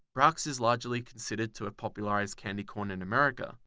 brach's is largely considered to have popularized candy corn in america.